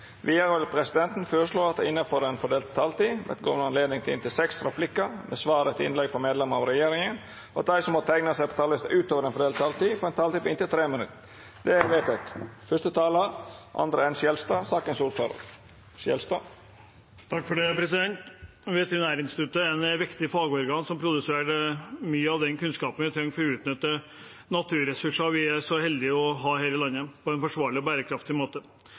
Vidare vil presidenten føreslå at det – innanfor den fordelte taletida – vert gjeve anledning til inntil seks replikkar med svar etter innlegg frå medlemer av regjeringa, og at dei som måtte teikna seg på talarlista utover den fordelte taletida, får ei taletid på inntil 3 minutt. – Det er vedteke. Veterinærinstituttet er et viktig fagorgan som produserer mye av den kunnskapen vi trenger for å utnytte naturressurser vi er så heldige å ha her i landet, på en forsvarlig og bærekraftig måte.